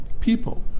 people